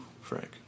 Frank